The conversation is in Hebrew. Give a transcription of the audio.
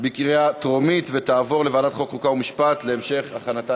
התשע"ו 2016, לוועדת החוקה, חוק ומשפט נתקבלה.